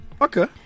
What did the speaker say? okay